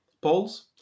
polls